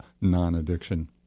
non-addiction